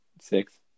Six